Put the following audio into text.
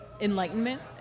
enlightenment